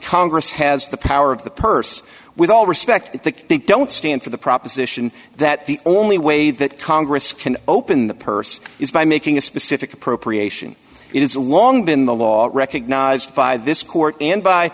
congress has the power of the purse with all respect i think they don't stand for the proposition that the only way that congress can open the purse is by making a specific appropriation it's long been the law recognized by this court and by